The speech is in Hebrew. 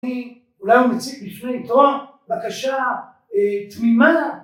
אולי הוא מציג לפני תואר בקשה תמימה